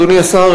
אדוני השר,